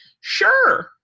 sure